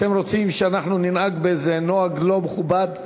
אתם רוצים שאנחנו ננהג באיזה נוהג לא מכובד,